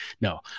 No